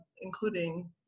including